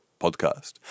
podcast